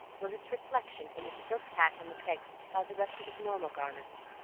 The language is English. was its reflection in his silk hat on the pegs beside the rest of his normal garments.